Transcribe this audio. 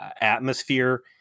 atmosphere